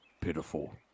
Pitiful